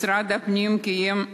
משרד הפנים קיים,